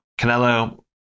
Canelo